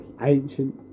Ancient